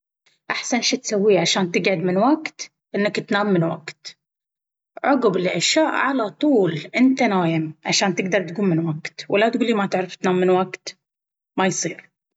أحسن شي تسويه عشان تقعد من وقت إنك تنام من وقت. أول ما يصير وقت العشاء على طول صلي واتعشى عشاء خفيف وتفرك أسنانك وعلى طول تروح تنام وتطفي جميع الليتات، عشان تقدر تقوم من وقت وجسمك يكون مرتاح وعقلك يكون فرش وتقدر تنتج وتستغل وتبدأ يومك بالشكل الصحيح.